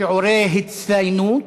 שיעורי הצטיינות,